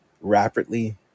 rapidly